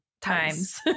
times